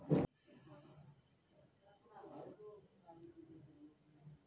ब्याज समय मे नी चुकाय से कोई कार्रवाही होही कौन?